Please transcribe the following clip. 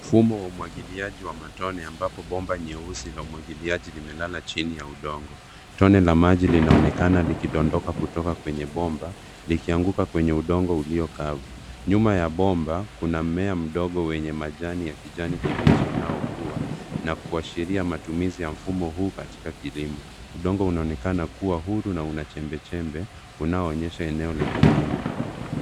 Mfumo wa umwagiliaji wa matone ambapo bomba nyeusi la umwagiliaji limelala chini ya udongo. Tone la maji linaonekana likidondoka kutoka kwenye bomba likianguka kwenye udongo ulio kavu. Nyuma ya bomba kuna mmea mdogo wenye majani ya kijani kibichi unaokua na kuashiria matumizi ya mfumo huu katika kilimo. Udongo unaonekana kuwa huru na una chembe chembe unaoonyesha eneo la kilimo.